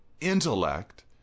intellect